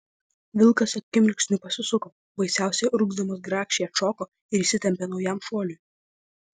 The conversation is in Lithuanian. vilkas akimirksniu pasisuko baisiausiai urgzdamas grakščiai atšoko ir įsitempė naujam šuoliui